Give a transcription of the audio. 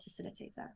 facilitator